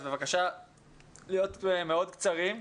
אז בבקשה להיות מאוד קצרים.